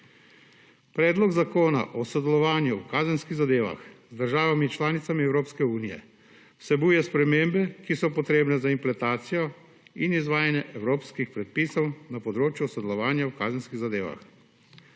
Predlog zakona o sodelovanju v kazenskih zadevah z državami članicami Evropske unije vsebuje spremembe, ki so potrebne za implementacijo in izvajanje evropskih predpisov na področju sodelovanja v kazenskih zadevah.